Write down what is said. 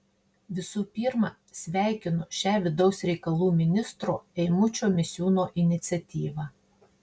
visų pirma sveikinu šią vidaus reikalų ministro eimučio misiūno iniciatyvą